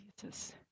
Jesus